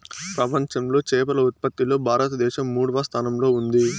ప్రపంచంలో చేపల ఉత్పత్తిలో భారతదేశం మూడవ స్థానంలో ఉంది